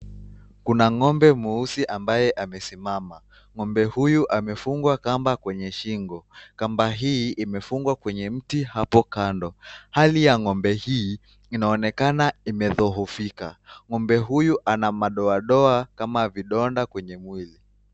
Kuna ng'ombe mweusi ambayo amesimama, ng'ombe huyu amefungwa kamba kwenye shingo, imefungwa kwenye miti kando hali ya ng'ombe inaonekana imedhohofika, ng'ombe huyu ana madoadoa kama vidonda kwenye ngozi.